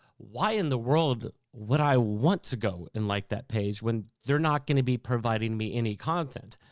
why in the world would i want to go and like that page, when they're not gonna be providing me any content?